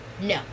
no